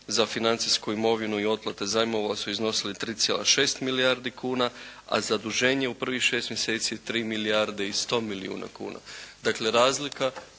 za financijsku imovinu i otplate zajmova su iznosili 3,6 milijardi kuna, a zaduženje u prvih šest mjeseci 3 milijarde i 100 milijuna kuna.